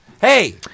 Hey